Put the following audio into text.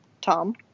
Tom